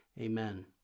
amen